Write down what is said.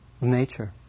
nature